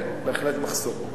כן, בהחלט מחסור.